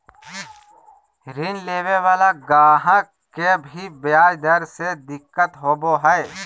ऋण लेवे वाला गाहक के भी ब्याज दर से दिक्कत होवो हय